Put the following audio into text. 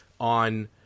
on